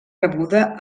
rebuda